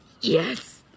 Yes